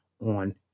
on